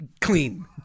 clean